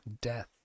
death